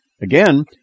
Again